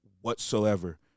whatsoever